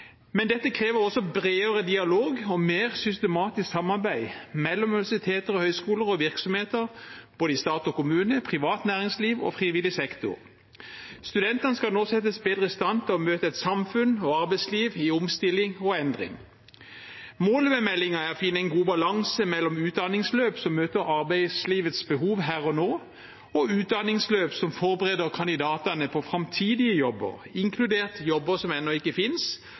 Men dette krever også bredere dialog og mer systematisk samarbeid, mellom universiteter og høyskoler og virksomheter, både i stat og kommune, privat næringsliv og frivillig sektor. Studentene skal nå settes bedre i stand til å møte et samfunn og arbeidsliv i omstilling og endring. Målet med meldingen er å finne en god balanse mellom utdanningsløp som møter arbeidslivets behov her og nå, og utdanningsløp som forbereder kandidatene på framtidige jobber, inkludert jobber som ennå ikke finnes,